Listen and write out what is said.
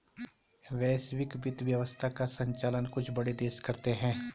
वैश्विक वित्त व्यवस्था का सञ्चालन कुछ बड़े देश करते हैं